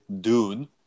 Dune